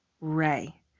Ray